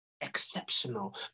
exceptional